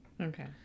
Okay